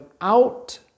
out